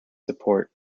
support